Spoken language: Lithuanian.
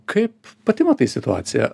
kaip pati matai situaciją